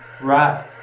right